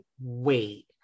wait